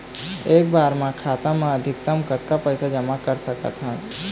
एक बार मा खाता मा अधिकतम कतक पैसा जमा कर सकथन?